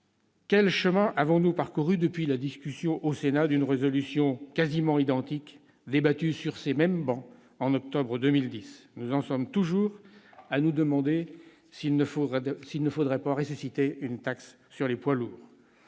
Quel chemin avons-nous parcouru depuis la discussion au Sénat d'une proposition de résolution quasi identique, débattue, sur ces mêmes travées, en octobre 2010 ? Nous en sommes toujours à nous demander s'il ne faudrait pas ressusciter la taxe sur les poids lourds.